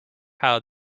how